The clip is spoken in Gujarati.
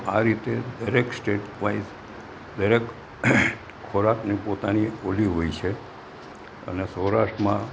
આ રીતે દરેક સ્ટેટ વાઈઝ દરેક ખોરાકની પોતાની ઓલી હોય છે અને સૌરાષ્ટ્રમાં